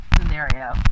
scenario